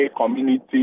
community